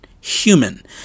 human